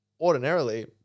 ordinarily